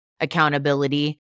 accountability